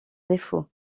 défaut